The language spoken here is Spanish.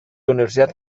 universidad